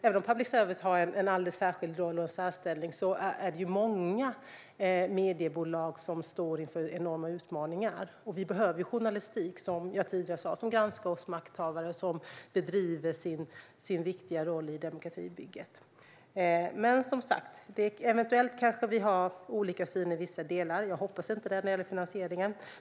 Även om public service har en särskild roll och en särställning är det många mediebolag som står inför enorma utmaningar. Och vi behöver journalistik som granskar oss makthavare, som jag sa tidigare, och som bedriver sin viktiga roll i demokratibygget. Eventuellt har jag och Christian Holm Barenfeld olika syn när det gäller vissa delar. Jag hoppas inte det när det gäller finansieringen.